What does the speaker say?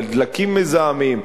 של דלקים מזהמים,